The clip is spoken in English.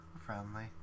Friendly